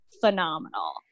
phenomenal